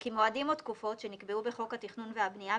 (1)כי מועדים או תקופות שנקבעו בחוק התכנון והבנייה,